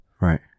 right